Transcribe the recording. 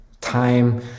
time